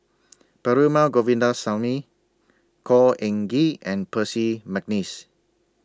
Perumal Govindaswamy Khor Ean Ghee and Percy Mcneice